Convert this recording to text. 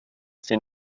sind